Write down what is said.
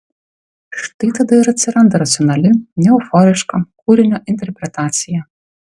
štai tada ir atsiranda racionali neeuforiška kūrinio interpretacija